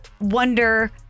wonder